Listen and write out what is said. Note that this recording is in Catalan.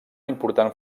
important